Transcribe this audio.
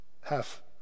Half